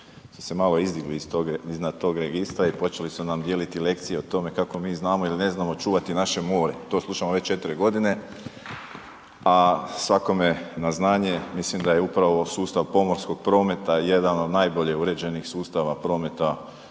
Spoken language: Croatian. su se malo izdigli iznad tog Registra i počeli su nam dijeliti lekcije o tome kako mi znamo ili ne znamo čuvati naše more. To slušamo već 4 godine, a svakome na znanje, mislim da je upravo sustav pomorskog prometa jedan od najbolje uređenih sustava prometa